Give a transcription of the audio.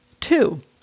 Two